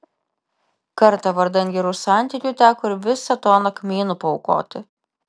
kartą vardan gerų santykių teko ir visą toną kmynų paaukoti